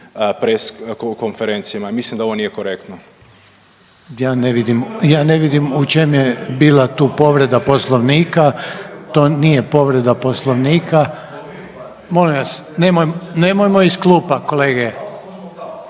press konferencijama. Mislim da ovo nije korektno. **Reiner, Željko (HDZ)** Ja ne vidim u čem je tu bila povreda Poslovnika. To nije povreda Poslovnika. Molim vas, nemojmo iz klupa kolege!